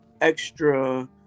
extra